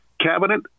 cabinet